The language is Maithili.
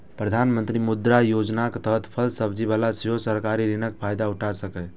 प्रधानमंत्री मुद्रा योजनाक तहत फल सब्जी बला सेहो सरकारी ऋणक फायदा उठा सकैए